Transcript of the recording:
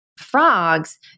frogs